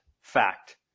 fact